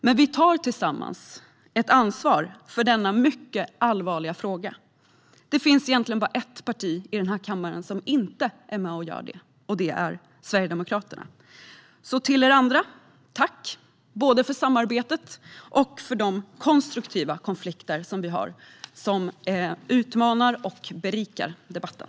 Men vi tar tillsammans ett ansvar för denna mycket allvarliga fråga. Det finns egentligen bara ett parti i kammaren som inte gör så, nämligen Sverigedemokraterna. Till er andra: Tack för samarbetet och för de konstruktiva konflikter som utmanar och berikar debatten!